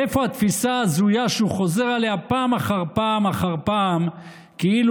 מאיפה התפיסה ההזויה שהוא חוזר עליה פעם אחר פעם אחר פעם כאילו